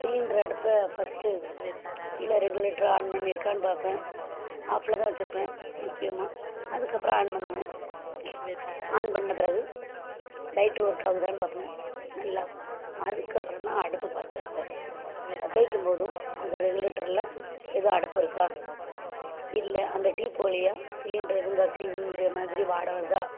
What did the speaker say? cylinder அடுப்பை first கீழே regulator on பண்ணியிருக்கானு பார்ப்பேன் ஆஃப்பில் தான் வச்சுருப்பேன் முக்கியமாக அதுக்கப்புறம் ஆன் பண்ணுவேன் ஆன் பண்ண பிறகு லைட்ரு ஒர்க் ஆகுதான்னு பார்ப்பேன் நல்லா அதுக்கப்புறம் தான் அடுப்பு பற்ற வைப்பேன் பற்ற வைக்கும் போதும் அந்த ரெகுலேட்டரில் எதுவும் அடைப்பு இருக்கா இல்லை அந்த டீப்பு வழியா சிலிண்ட்ரு எதுவும் கசிஞ்ச மாதிரி வாடை வருதா